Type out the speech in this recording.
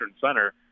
Center